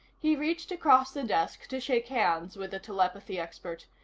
he reached across the desk to shake hands with the telepathy expert,